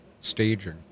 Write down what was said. staging